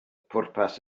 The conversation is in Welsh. pwrpas